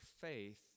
faith